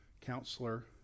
counselor